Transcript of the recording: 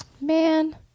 Man